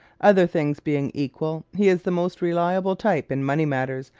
other things being equal, he is the most reliable type in money matters,